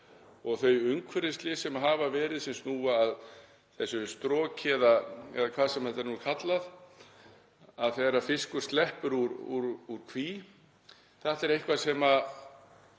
Þau umhverfisslys sem hafa verið sem snúa að stroki eða hvað sem þetta er nú kallað þegar fiskur sleppur úr kví eru eitthvað sem á